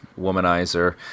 womanizer